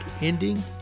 ending